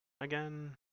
again